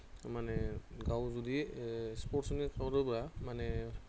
माने गाव जुदि स्पर्टसनि खारोबा माने